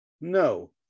No